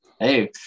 Hey